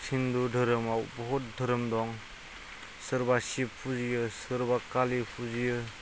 हिन्दु धोरोमाव बहुद धोरोम दं सोरबा सिब फुजियो सोरबा कालि फुजियो